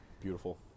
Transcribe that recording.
Beautiful